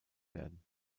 werden